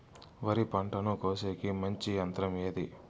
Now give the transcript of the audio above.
వరి పంటను కోసేకి మంచి యంత్రం ఏది?